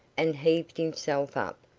and heaved himself up,